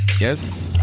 yes